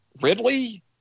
Ridley